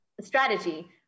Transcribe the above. strategy